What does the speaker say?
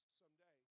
someday